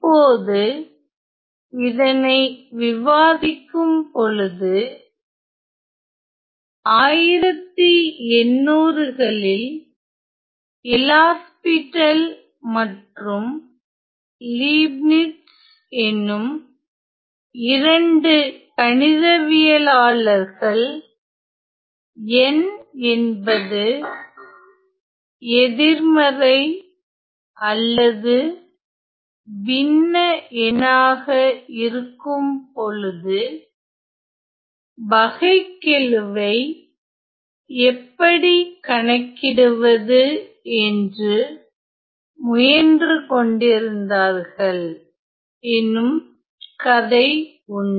இப்போது இதனை விவாதிக்கும்பொழுது 1800 களில் எல்ஹாஸ்பிடல் LHospital மற்றும் லீப்னிஸ் எனும் இரண்டு கணிதவியலாளர்கள் n என்பது எதிர்மறை அல்லது பின்ன எண்ணாக இருக்கும் பொழுது வகைக்கெழுவை எப்படி கணக்கிடுவது என்று முயன்றுகொண்டிருந்தார்கள் எனும் கதை உண்டு